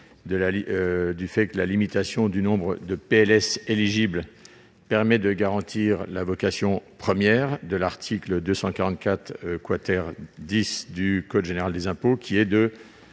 néanmoins que la limitation du nombre de PLS éligibles permet de garantir la vocation première de l'article 244 X du code général des impôts, à